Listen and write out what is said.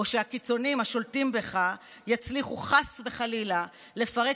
או שהקיצונים השולטים בך יצליחו חס וחלילה לפרק